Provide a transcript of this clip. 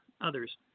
others